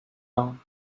down